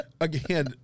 Again